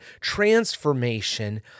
transformation